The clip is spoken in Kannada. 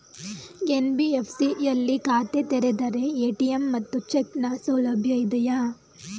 ಎನ್.ಬಿ.ಎಫ್.ಸಿ ಯಲ್ಲಿ ಖಾತೆ ತೆರೆದರೆ ಎ.ಟಿ.ಎಂ ಮತ್ತು ಚೆಕ್ ನ ಸೌಲಭ್ಯ ಇದೆಯಾ?